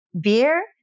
beer